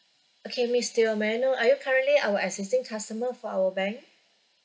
okay miss teoh may I know are you currently our existing customer for our bank